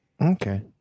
okay